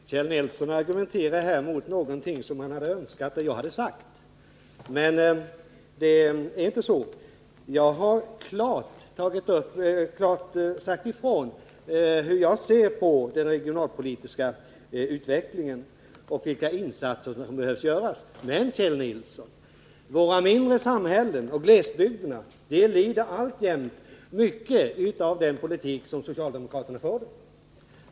Fru talman! Kjell Nilsson argumenterar mot någonting som han önskar att jag hade sagt. Men jag har klart deklarerat hur jag ser på den regionalpolitiska utvecklingen och vilka insatser som behöver göras. Men, Kjell Nilsson, våra mindre samhällen och våra glesbygder lider alltjämt mycket av den politik som socialdemokraterna förde.